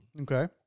Okay